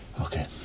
Okay